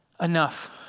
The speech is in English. enough